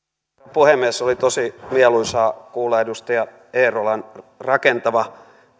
puhemies oli tosi mieluisaa kuulla edustaja eerolan rakentava